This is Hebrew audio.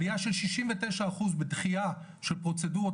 עליה של 69 אחוז בדחייה של פרוצדורות,